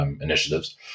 initiatives